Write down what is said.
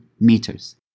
meters